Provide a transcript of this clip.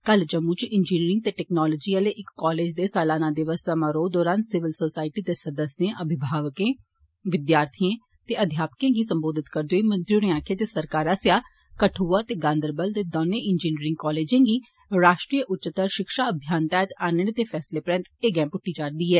कल जम्मू च इंजीनियरिंग ते टेक्नोलाजी आह्ले इक कालेज दे सलाना दिवस समारोह दौरान सिविल सोसायटी दे सदस्यें अभिमावकें विद्यार्थिए ते अध्यापकें गी संबोधित करदे होई मंत्री होरें आखेआ जे सरकार आसेआ कठुआ ते गांदरबल दे दौनें इंजीनियरिंग कालेजें गी राष्ट्रीय उच्चतर शिक्षा अभियान तैह्त आह्नने दे फैसले परैन्त एह गैंह पुद्टी जा'रदी ऐ